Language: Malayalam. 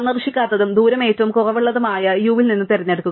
സന്ദർശിക്കാത്തതും ദൂരം ഏറ്റവും കുറവുള്ളതുമായ u നിങ്ങൾ തിരഞ്ഞെടുക്കുക